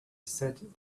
said